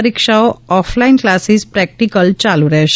પરીક્ષાઓ offline classes practical ચાલુ રહેશે